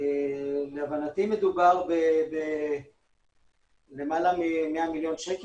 להבנתי מדובר בלמעלה מ-100 מיליון שקל.